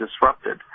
disrupted